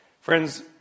Friends